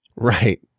Right